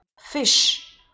Fish